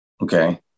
okay